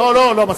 לא, לא.